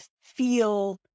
feel